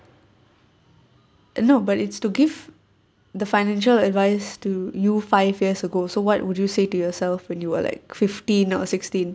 no but it's to give the financial advice to you five years ago so what would you say to yourself when you are like fifteen or sixteen